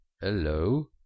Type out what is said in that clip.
Hello